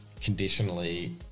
conditionally